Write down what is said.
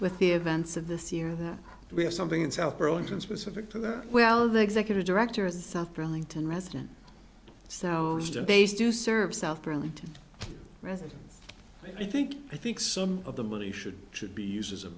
with the events of this year that we have something in south bronx and specific to that well the executive director of the south burlington resident so base to serve south burlington residents i think i think some of the money should should be used as a